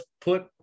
put